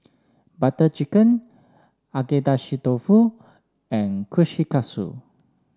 Butter Chicken Agedashi Dofu and Kushikatsu